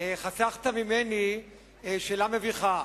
חסכת ממני שאלה מביכה.